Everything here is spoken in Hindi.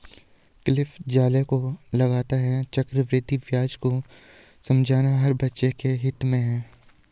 क्लिफ ज़ाले को लगता है चक्रवृद्धि ब्याज को समझना हर बच्चे के हित में है